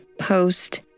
post